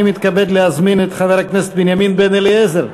אני מתכבד להזמין את חבר הכנסת בנימין בן-אליעזר,